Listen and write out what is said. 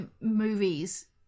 movies